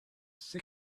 six